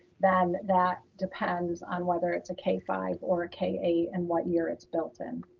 then that depends on whether it's a k five or a k eight and what year it's built in.